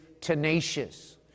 tenacious